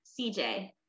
CJ